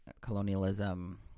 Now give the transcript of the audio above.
colonialism